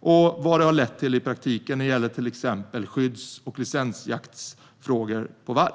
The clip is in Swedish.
och vad det har lett till i praktiken när det gäller till exempel skydds och licensjakt på varg.